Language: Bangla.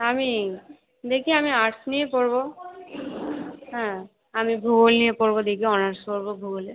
আমি দেখি আমি আর্টস নিয়ে পড়বো হ্যাঁ আমি ভূগোল নিয়ে পড়বো দেখি অনার্স করবো ভূগোলে